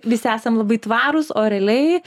visi esam labai tvarūs o realiai